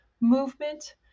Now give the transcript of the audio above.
movement